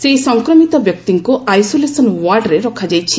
ସେହି ସଂକ୍ରମିତ ବ୍ୟକ୍ତିଙ୍କୁ ଆଇସୋଲେସନ୍ ଓ୍ୱାର୍ଡରେ ରଖାଯାଇଛି